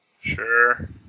Sure